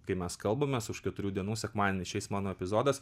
kai mes kalbamės už keturių dienų sekmadienį išeis mano epizodas